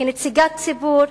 כנציגת ציבור,